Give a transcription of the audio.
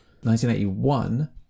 1981